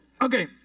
Okay